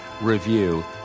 review